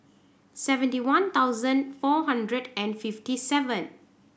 seventy one thousand four hundred and fifty seven